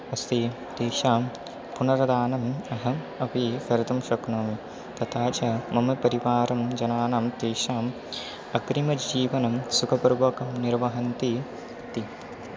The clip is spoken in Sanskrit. अस्ति तेषां पुनर्दानम् अहम् अपि कर्तुं शक्नोमि तथा च मम परिवारं जनानां तेषाम् अग्रिमजीवनं सुखपूर्वकं निर्वहन्ति इति